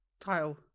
title